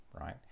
right